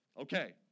Okay